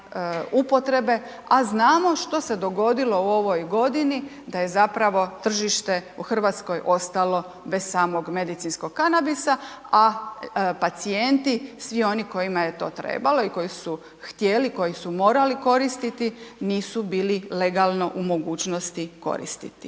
upotrebe, a znamo što se dogodilo u ovoj godini da je zapravo tržište u RH ostalo bez samog medicinskog kanabisa, a pacijenti, svi oni kojima je to trebalo i koji su htjeli, koji su morali koristiti, nisu bili legalno u mogućnosti koristiti.